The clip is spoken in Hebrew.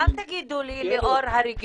אל תגידו לי 'לאור הרגישות',